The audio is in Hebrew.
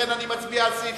לכן, אני מצביע על סעיפים